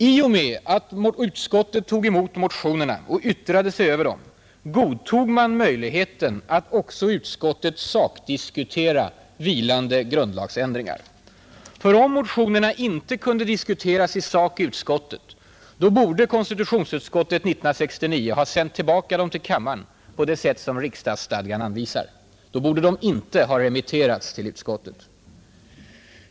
I och med att utskottet tog emot motionerna och yttrade sig över dem godtog man möjligheten att också i utskottet sakdiskutera vilande grundlagsändringar. Ty om motionerna inte kunde diskuteras i sak i utskottet borde konstitutionsutskottet 1969 ha sänt tillbaka dem till kammaren såsom riksdagsstadgan anvisar. Då borde de inte ha remitterats till utskottet.